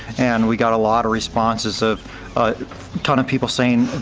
and we got a lot of responses, of a ton of people saying,